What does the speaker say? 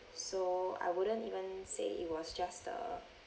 so I wouldn't even say it was just the